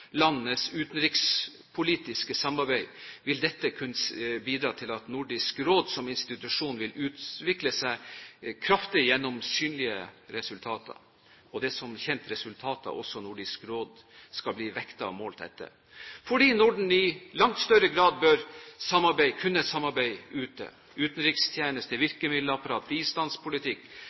utenrikspolitiske samarbeid vil kunne bidra til at Nordisk Råd som institusjon vil utvikle seg kraftig gjennom synlige resultater. Det er som kjent resultater også Nordisk Råd skal bli vektet og målt etter, for Norden bør i langt større grad kunne samarbeide ute. Utenrikstjeneste, virkemiddelapparat, bistandspolitikk,